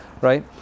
right